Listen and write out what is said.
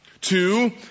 Two